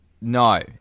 no